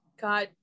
God